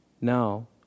Now